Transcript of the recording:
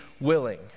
willing